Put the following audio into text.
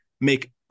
make